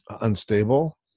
unstable